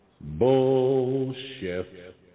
Bullshit